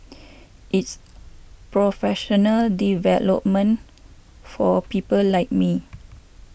it's professional development for people like me